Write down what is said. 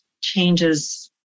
changes